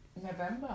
November